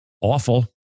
awful